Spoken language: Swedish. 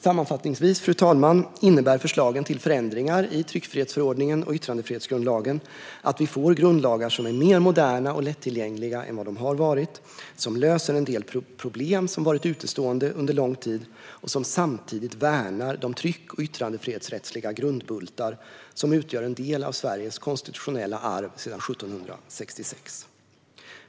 Sammanfattningsvis, fru talman, innebär förslagen till förändringar i tryckfrihetsförordningen och yttrandefrihetsgrundlagen att vi får grundlagar som är mer moderna och lättillgängliga än vad de har varit, som löser en del problem som varit utestående under lång tid och som samtidigt värnar de tryck och yttrandefrihetsrättsliga grundbultar som utgör en del av Sveriges konstitutionella arv sedan 1766.